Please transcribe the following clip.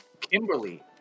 Kimberly